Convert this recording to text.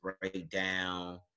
breakdown